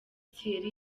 thierry